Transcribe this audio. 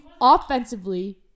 Offensively